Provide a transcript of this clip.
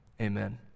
Amen